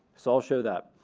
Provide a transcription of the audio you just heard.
so i'll show that.